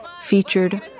featured